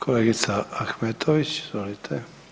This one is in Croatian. Kolegica Ahmetović, izvolite.